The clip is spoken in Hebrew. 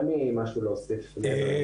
אין לי משהו להוסיף.